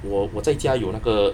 我我在家有那个